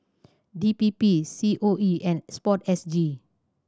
D P P C O E and Sport S G